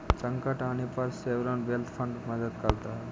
संकट आने पर सॉवरेन वेल्थ फंड मदद करता है